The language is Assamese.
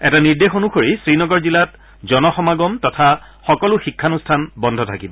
এটা নিৰ্দেশ অনুসৰি শ্ৰীনগৰ জিলাত জনসমাগম তথা সকলো শিক্ষানুষ্ঠান বন্ধ থাকিব